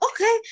okay